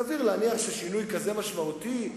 סביר להניח ששינוי כזה משמעותי,